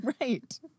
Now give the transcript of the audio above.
right